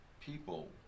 people